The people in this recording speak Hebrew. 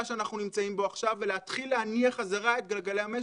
שאנחנו נמצאים בו עכשיו ולהתחיל להניע חזרה את גלגלי המשק,